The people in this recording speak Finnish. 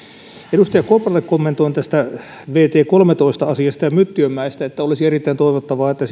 edustaja kopralle kommentoin tästä vt kolmetoista asiasta ja myttiömäestä että olisi erittäin toivottavaa että